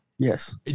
Yes